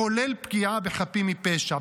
כולל פגיעה בחפים מפשע,